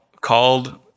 called